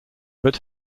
but